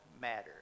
matter